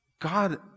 God